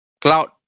Cloud